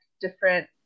different